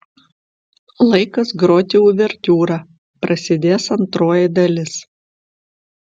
laikas groti uvertiūrą prasidės antroji dalis